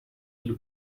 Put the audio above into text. new